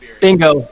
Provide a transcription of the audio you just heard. bingo